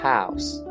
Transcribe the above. House